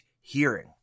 hearing